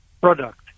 product